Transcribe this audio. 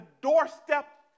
doorstep